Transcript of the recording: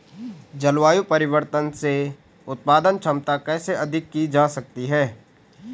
जलवायु परिवर्तन से उत्पादन क्षमता कैसे अधिक की जा सकती है?